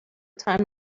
time